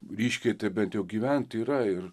grįžkite bent jau gyventi yra ir